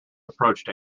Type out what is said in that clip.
approached